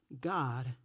God